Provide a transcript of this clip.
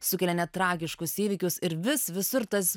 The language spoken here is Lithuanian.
sukelia net tragiškus įvykius ir vis visur tas